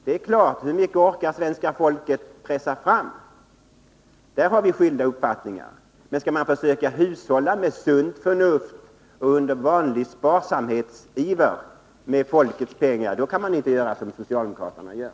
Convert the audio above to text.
Vi har skilda uppfattningar om hur mycket svenska folket orkar pressa fram, men skall man försöka hushålla, med sunt förnuft och med vanlig sparsamhetsiver, med folkets pengar, kan man inte göra så som socialdemokraterna gör.